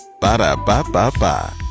Ba-da-ba-ba-ba